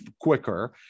quicker